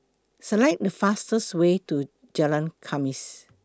Select The fastest Way to Jalan Khamis